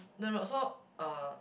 no no so uh